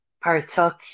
partook